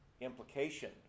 implication